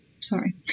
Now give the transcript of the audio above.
Sorry